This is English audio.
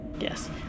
Yes